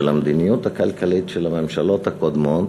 המדיניות הכלכלית של הממשלות הקודמות,